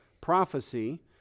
prophecy